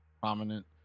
prominent